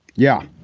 yeah.